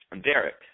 Derek